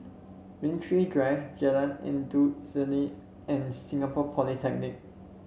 Rain Tree Drive Jalan Endut Senin and Singapore Polytechnic